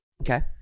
okay